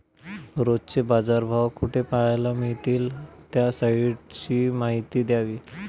रोजचे बाजारभाव कोठे पहायला मिळतील? त्या साईटची माहिती द्यावी